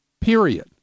period